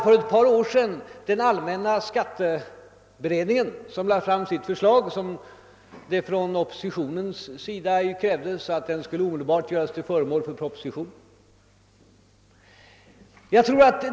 För ett par år sedan arbetade allmänna skatteberedningen, vilkens betänkande oppositionen krävde omedelbart skulle göras till föremål för proposition.